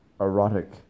erotic